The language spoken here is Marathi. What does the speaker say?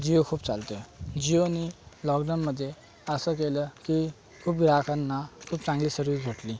जिओ खूप चालतो आहे जिओनी लॉकडाउनमध्ये असं केलं की खूप ग्राहकांना खूप चांगली सर्विस भेटली